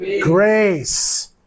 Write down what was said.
grace